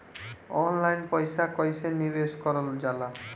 Online पईसा कईसे निवेश करल जाला?